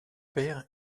père